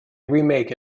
remake